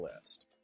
list